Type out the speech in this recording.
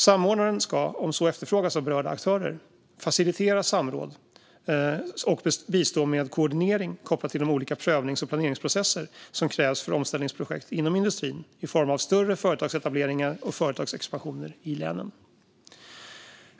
Samordnaren ska, om så efterfrågas av berörda aktörer, facilitera samråd och bistå med koordinering kopplat till de olika prövnings och planeringsprocesser som krävs för omställningsprojekt inom industrin i form av större företagsetableringar och företagsexpansioner i länen.